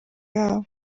yabo